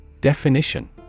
Definition